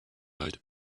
eyed